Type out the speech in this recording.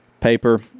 paper